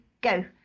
go